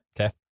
Okay